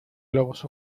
globos